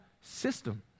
system